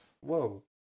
whoa